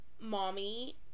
mommy